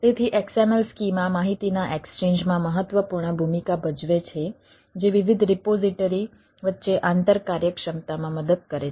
તેથી XML schema માહિતીના exchange વચ્ચે આંતર કાર્યક્ષમતામાં મદદ કરે છે